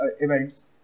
events